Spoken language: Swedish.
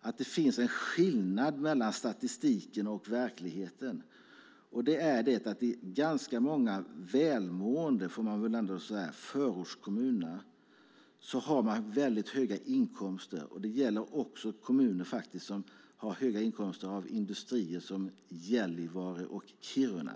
att det finns en skillnad mellan statistiken och verkligheten. Det är att ganska många välmående förortskommuner har väldigt höga inkomster - det gäller faktiskt också kommuner som har höga inkomster från industrier, som Gällivare och Kiruna.